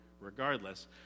regardless